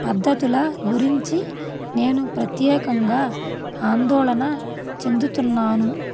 పద్ధతుల గురించి నేను ప్రత్యేకంగా ఆందోళన చెందుతున్నాను